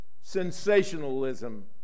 Sensationalism